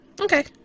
Okay